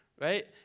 right